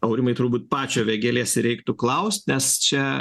aurimai turbūt pačio vėgėlės ir reiktų klaust nes čia